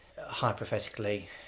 Hypothetically